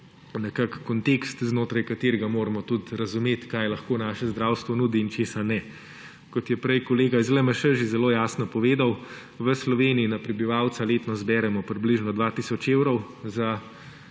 nekako kontekst, znotraj katerega moramo tudi razumeti, kaj lahko naše zdravstvo nudi in česa ne. Kot je prej kolega iz LMŠ že zelo jasno povedal, v Sloveniji na prebivalca letno zberemo približno 2 tisoč evrov za